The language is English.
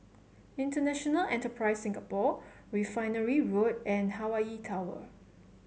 International Enterprise Singapore Refinery Road and Hawaii Tower